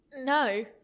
No